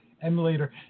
emulator